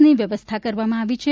ની વ્યવસ્થા કરવામાં આવી છે